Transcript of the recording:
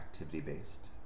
activity-based